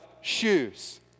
shoes